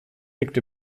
liegt